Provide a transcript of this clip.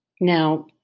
Now